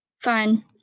Fine